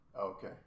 Okay